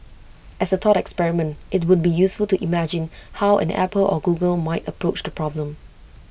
as A thought experiment IT would be useful to imagine how an Apple or Google might approach the problem